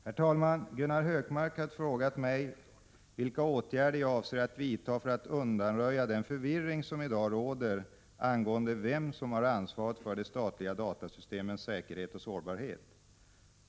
Herr talman! Gunnar Hökmark har frågat mig vilka åtgärder jag avser att vidta för att undanröja den förvirring som i dag råder angående vem som har ansvaret för de statliga datasystemens säkerhet och sårbarhet.